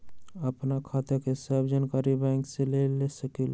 आपन खाता के सब जानकारी बैंक से ले सकेलु?